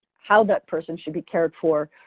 how that person should be cared for.